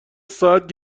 ساعت